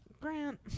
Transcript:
grant